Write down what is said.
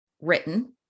written